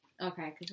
Okay